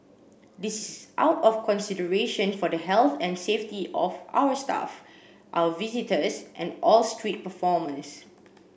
this is out of consideration for the health and safety of our staff our visitors and all street performers